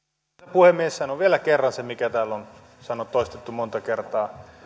puhemies sanon vielä kerran sen mikä täällä on toistettu monta kertaa